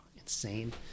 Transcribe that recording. insane